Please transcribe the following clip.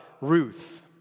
Ruth